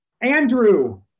Andrew